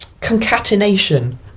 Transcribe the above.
concatenation